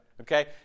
Okay